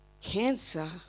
cancer